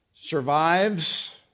survives